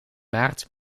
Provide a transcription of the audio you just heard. maart